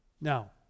Now